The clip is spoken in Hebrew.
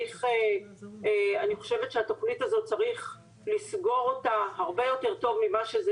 את התכנית הזו צריך לסגור הרבה יותר טוב ממה שזה